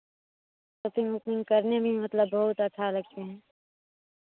boating ओटिंग करने में भी मतलब बहुत अच्छा लगते हैं